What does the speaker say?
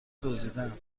دزدیدند